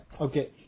Okay